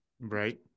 Right